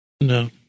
No